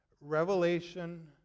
Revelation